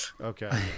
Okay